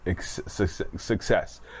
success